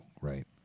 right